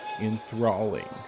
enthralling